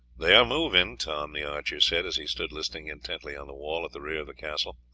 they are moving, tom the archer said as he stood listening intently on the wall at the rear of the castle.